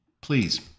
please